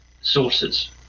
sources